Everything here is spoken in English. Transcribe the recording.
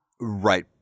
Right